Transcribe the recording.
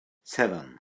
seven